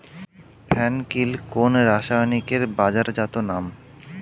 ফেন কিল কোন রাসায়নিকের বাজারজাত নাম?